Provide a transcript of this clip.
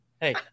hey